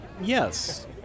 Yes